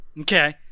Okay